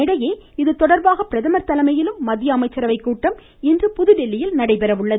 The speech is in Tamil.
இதனிடையே இது தொடர்பாக பிரதமர் தலைமையிலும் மத்திய அமைச்சரவை கூட்டம் இன்று புதுதில்லியில் நடைபெறுகிறது